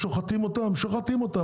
שוחטים אותם.